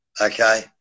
okay